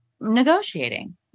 negotiating